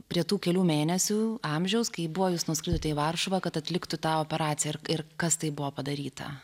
prie tų kelių mėnesių amžiaus kai buvo jūs nuskridote į varšuvą kad atliktų tą operaciją ir kas tai buvo padaryta